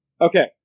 okay